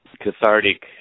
cathartic